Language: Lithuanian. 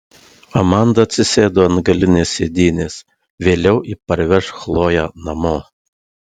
amanda atsisėdo ant galinės sėdynės vėliau ji parveš chloję namo